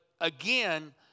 again